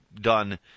done